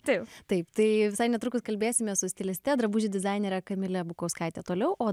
taip taip tai visai netrukus kalbėsime su stiliste drabužių dizainere kamile bukauskaite toliau o